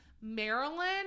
Maryland